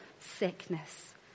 sickness